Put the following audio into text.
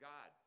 God